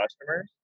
customers